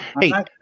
Hey